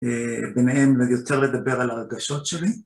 ביניהם יותר לדבר על הרגשות שלי.